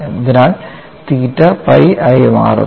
അതിനാൽ theta pi ആയി മാറുന്നു